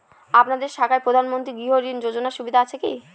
আপনাদের শাখায় প্রধানমন্ত্রী গৃহ ঋণ যোজনার সুবিধা আছে কি?